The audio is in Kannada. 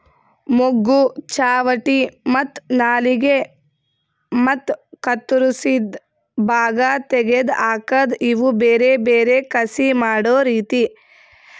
ಮೊಗ್ಗು, ಚಾವಟಿ ಮತ್ತ ನಾಲಿಗೆ ಮತ್ತ ಕತ್ತುರಸಿದ್ ಭಾಗ ತೆಗೆದ್ ಹಾಕದ್ ಇವು ಬೇರೆ ಬೇರೆ ಕಸಿ ಮಾಡೋ ರೀತಿ